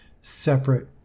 separate